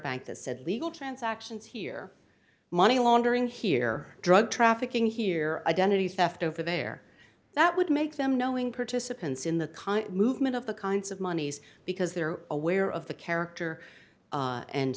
bank that said legal transactions here money laundering here drug trafficking here identity theft over there that would make them knowing participants in the kind movement of the kinds of monies because they're aware of the character a